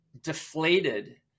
deflated